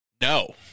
No